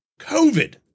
COVID